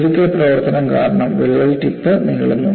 ദ്രവിക്കൽ പ്രവർത്തനം കാരണം crack tip നീളുന്നു